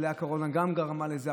ואולי גם הקורונה גרמה לזה,